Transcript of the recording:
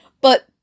but-